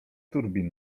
turbin